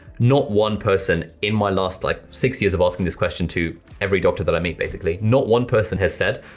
not one person in my last like six years of asking this question to every doctor that i meet basically, not one person has said,